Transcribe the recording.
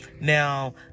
now